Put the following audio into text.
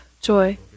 joy